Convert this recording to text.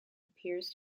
appears